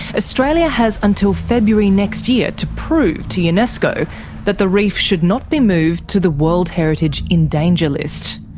australia has until february next year to prove to unesco that the reef should not be moved to the world heritage in danger list.